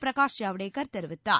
பிரகாஷ் ஜவ்டேகர் தெரிவித்தார்